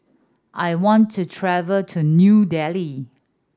I want to travel to New Delhi